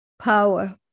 power